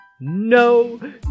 no